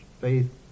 faith